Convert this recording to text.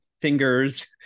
fingers